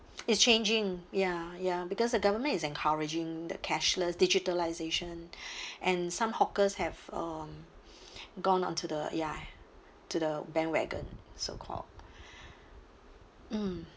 it's changing ya ya because the government is encouraging the cashless digitalisation and some hawkers have um gone onto the ya to the bandwagon so called mm